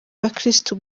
abakirisitu